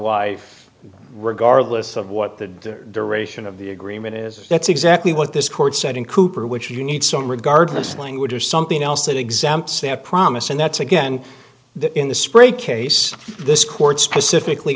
wife regardless of what the duration of the agreement is that's exactly what this court said in cooper which you need so regardless language or something else that exempts have promise and that's again that in the spray case this court specifically